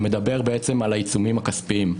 שמדבר על העיצומים הכספיים,